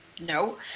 no